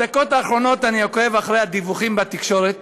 בדקות האחרונות אני עוקב אחרי הדיווחים בתקשורת